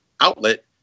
outlet